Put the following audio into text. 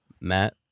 Matt